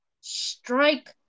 Strike